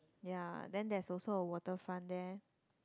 ya then there's also a waterfront there